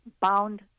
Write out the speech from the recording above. bound